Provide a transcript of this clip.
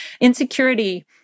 Insecurity